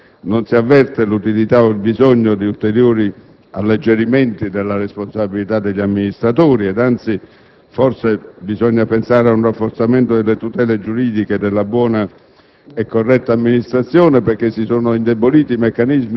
la mia personale opinione su questo - non si avverte l'utilità o il bisogno di ulteriori alleggerimenti della responsabilità degli amministratori. Anzi, forse bisogna pensare ad un rafforzamento delle tutele giuridiche della buona